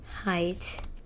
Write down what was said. Height